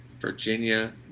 Virginia